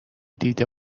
دیده